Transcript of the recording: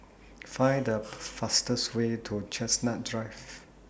Find The fastest Way to Chestnut Drive